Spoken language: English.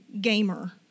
gamer